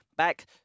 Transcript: Back